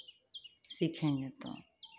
सीखेंगे तो